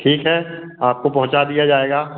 ठीक है आपको पहुँचा दिया जाएगा